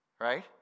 right